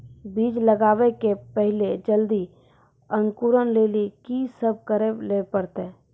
बीज लगावे के पहिले जल्दी अंकुरण लेली की सब करे ले परतै?